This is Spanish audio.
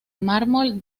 mármol